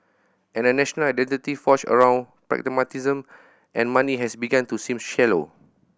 and a national identity forged around pragmatism and money has begun to seem shallow